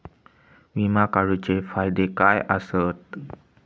विमा काढूचे फायदे काय आसत?